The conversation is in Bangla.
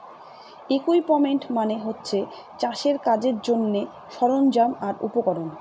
ইকুইপমেন্ট মানে হচ্ছে চাষের কাজের জন্যে সরঞ্জাম আর উপকরণ